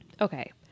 Okay